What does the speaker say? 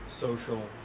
social